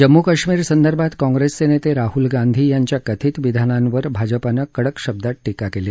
जम्मू कश्मीर संदर्भात काँग्रेस नेते राहुल गांधी यांच्या कथित विधानांवर भाजपानं कडक शब्दात टीका केली